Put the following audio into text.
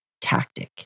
tactic